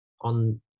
on